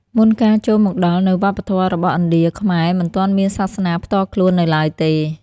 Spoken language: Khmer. មុនការចូលមកដល់នូវវប្បធម៌របស់ឥណ្ឌា ខ្មែរមិនទាន់មានសាសនាផ្ទាល់ខ្លួននៅឡើយទេ។